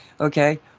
okay